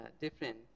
different